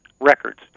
Records